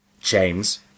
James